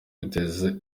biteza